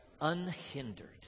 unhindered